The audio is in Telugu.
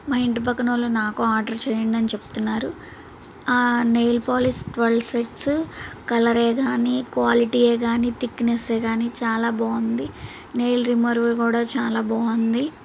మా ఇంటి పక్కన వాళ్ళు నాకు ఆర్డర్ చేయండి అని చెప్తున్నారు ఆ నెయిల్ పాలిష్ ట్వెల్ సెట్స్ కలరే కాని క్వాలిటీయే కాని థిక్నెస్సే కాని చాలా బాగుంది నెయిల్ రిమూవర్ కూడా చాలా బాగుంది